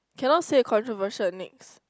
cannot say controversial next